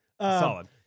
Solid